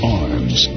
arms